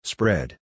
Spread